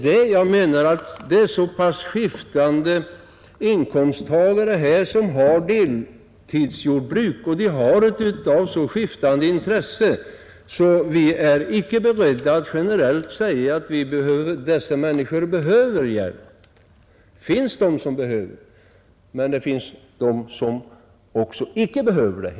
Men jag menar att det finns så pass skiftande slag av inkomsttagare som har deltidsjordbruk och att dessa har så skiftande intressen att vi inte är beredda att säga att dessa människor generellt behöver hjälp. Det finns de som behöver hjälp, men det finns också de som inte behöver hjälp.